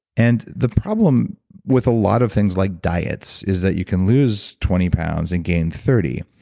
and the problem with a lot of things like diets is that you can lose twenty pounds and gain thirty.